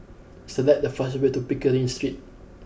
select the fastest way to Pickering Street